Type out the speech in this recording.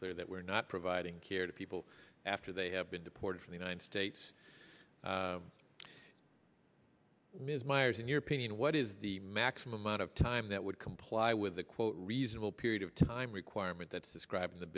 clear that we're not providing care to people after they have been deported from the united states ms miers in your opinion what is the maximum amount of time that would comply with a quote reasonable period of time requirement that describ